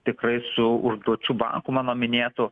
tikrai su užduočių banku mano minėtu